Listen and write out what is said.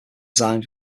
designs